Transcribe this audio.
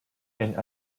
and